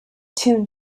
tune